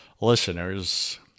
listeners